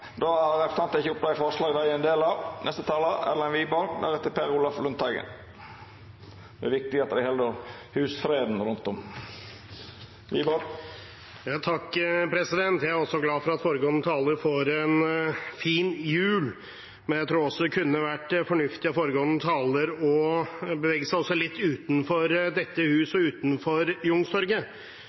Representanten Arild Grande har teke opp dei forslaga han refererte til. Det er viktig at ein held husfreden rundt omkring. Jeg er også glad for at foregående taler får en fin jul, men jeg tror det kunne ha vært fornuftig av foregående taler å bevege seg litt utenfor dette huset og utenfor